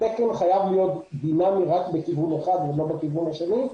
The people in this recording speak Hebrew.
התקן חייב להיות דינאמי רק בכיוון אחד ולא בכיוון השני.